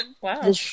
Wow